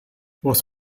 was